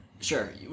Sure